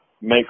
make